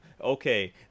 okay